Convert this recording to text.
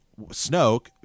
Snoke